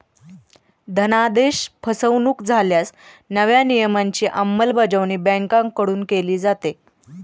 धनादेश फसवणुक झाल्यास नव्या नियमांची अंमलबजावणी बँकांकडून केली जाते